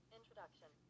Introduction